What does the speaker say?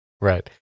right